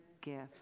gift